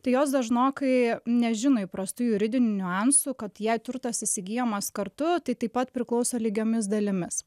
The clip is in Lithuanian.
tai jos dažnokai nežino įprastų juridinių niuansų kad jei turtas įsigyjamas kartu tai taip pat priklauso lygiomis dalimis